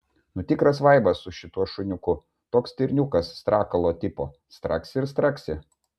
nu tikras vaibas su šituo šuniuku toks stirniukas strakalo tipo straksi ir straksi